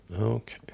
Okay